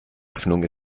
öffnung